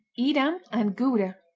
edam and gouda